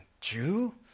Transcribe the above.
Jew